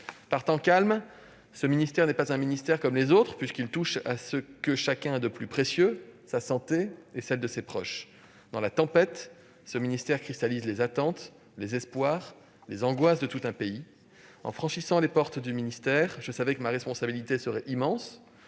Par temps calme, ce ministère n'est pas comme les autres, puisqu'il touche à ce que chacun a de plus précieux : sa santé et celle de ses proches. Dans la tempête, ce ministère cristallise les attentes, les espoirs, les angoisses de tout un pays. En franchissant les portes du ministère, je savais que ma responsabilité serait immense